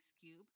cube